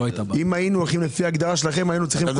אם היו הולכים לפי ההגדרה בחוק מיסוי מקרקעין אז לא הייתה בעיה.